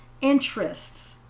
interests